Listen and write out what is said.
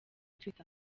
twitter